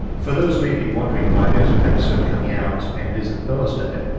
for those maybe wondering why there's an episode coming out and it isn't thursday,